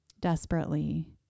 desperately